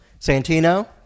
Santino